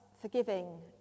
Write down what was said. forgiving